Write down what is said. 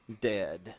dead